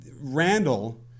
Randall